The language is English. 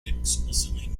explicitly